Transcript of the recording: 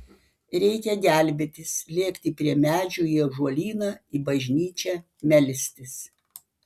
reikia gelbėtis lėkti prie medžių į ąžuolyną į bažnyčią melstis